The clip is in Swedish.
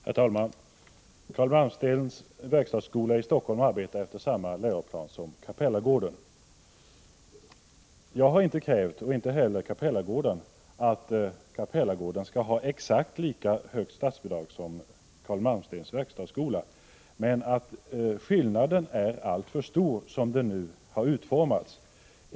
Herr talman! Carl Malmstens verkstadsskola i Helsingfors arbetar efter samma läroplan som Capellagården. Jag har inte krävt, och inte heller Capellagården, att Capellagården skall ha exakt lika högt statsbidrag som Carl Malmstens verkstadsskola, men skillnaden är alltför stor som reglerna nu har utformats.